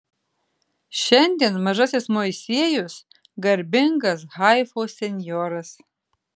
šiandien mažasis moisiejus garbingas haifos senjoras